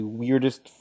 weirdest